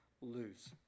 lose